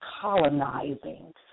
colonizing